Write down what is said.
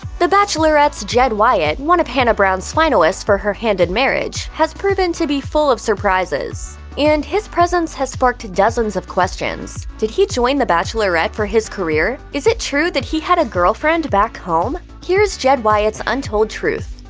the bachelorette's jed wyatt, one of hannah brown's finalists for her hand in marriage, has proven to be full of surprises and his presence has sparked dozens of questions. did he join the bachelorette for his career? is it true that he had a girlfriend back home? here's jed wyatt's untold truth.